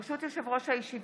ברשות יושב-ראש הישיבה,